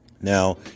Now